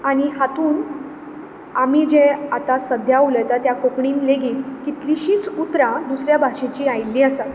आनी हातूंत आमी जे आतां उलयतात ते सद्या कोंकणींत लेगीत कितलीशींच उतरां दुसऱ्या भाशेचीं आयिल्लीं आसात